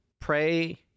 pray